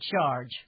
charge